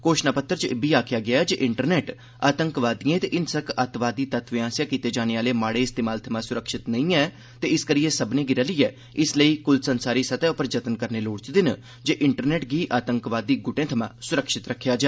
घोषणा पत्तर च इब्बी आखेआ गेआ ऐ जे इंटरनेट आतंकवादिएं ते हिंसक अत्तवादी तत्वें आसेआ कीते जाने आहले माड़े इस्तेमाल थमां सुरक्षित नेई ऐ ते इसकरियै सब्भर्ने गी रलियै इस लेई क्ल संसारी सतह उप्पर जतन करने लोड़चदे न जे इंटरनेट गी आतंकवादी गुटें थमां सुरक्षित रक्खेआ जा